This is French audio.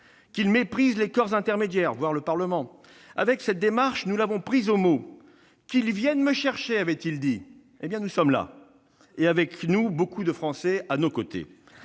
qu'il méprise les corps intermédiaires, voire le Parlement. Avec cette démarche, nous l'avons pris au mot. « Qu'ils viennent me chercher !», avait-il dit. Nous sommes là ! Et beaucoup de Français sont à nos côtés.